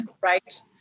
right